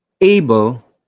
able